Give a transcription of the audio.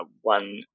one